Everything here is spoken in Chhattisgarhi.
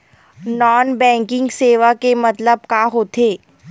नॉन बैंकिंग सेवा के मतलब का होथे?